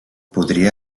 podria